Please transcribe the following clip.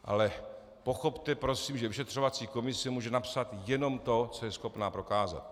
Ale pochopte, prosím, že vyšetřovací komise může napsat jenom to, co je schopna prokázat.